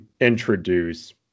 introduce